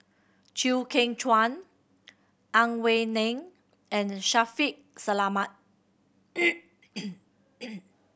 Chew Kheng Chuan Ang Wei Neng and Shaffiq Selamat